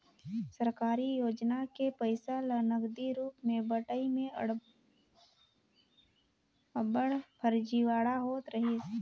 सरकारी योजना के पइसा ल नगदी रूप में बंटई में अब्बड़ फरजीवाड़ा होवत रहिस